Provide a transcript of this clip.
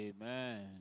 Amen